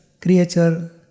creature